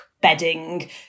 bedding